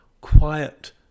quiet